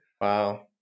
Wow